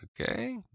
Okay